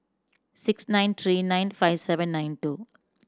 six nine three nine five seven nine two